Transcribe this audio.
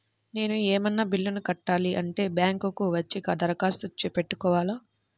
నేను ఏమన్నా బిల్లును కట్టాలి అంటే బ్యాంకు కు వచ్చి దరఖాస్తు పెట్టుకోవాలా?